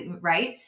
right